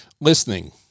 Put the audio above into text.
Listening